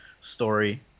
story